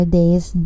days